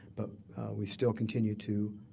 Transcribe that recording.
but we still continue to